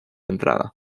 entrada